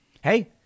Hey